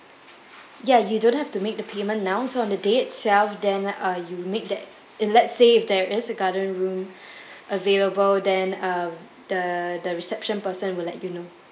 ya you don't have to make the payment now so on the day itself then uh you make that it let's say if there is a garden room available then um the the reception person will let you know